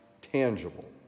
tangible